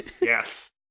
yes